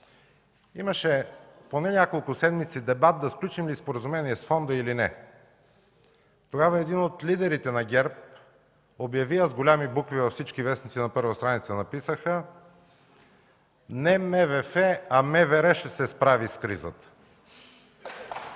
имаше поне няколко седмици дебат да сключим ли споразумение с фонда или не. Тогава един от лидерите на ГЕРБ обяви, а с големи букви на първите страници на всички вестници написаха: „Не МВФ, а МВР ще се справи с кризата”.